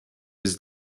his